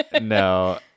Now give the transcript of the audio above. No